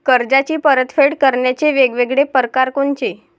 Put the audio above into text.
कर्जाची परतफेड करण्याचे वेगवेगळ परकार कोनचे?